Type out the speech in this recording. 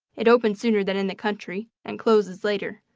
it opens sooner than in the country, and closes later.